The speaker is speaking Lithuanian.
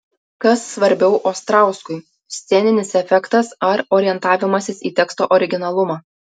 kas svarbiau ostrauskui sceninis efektas ar orientavimasis į teksto originalumą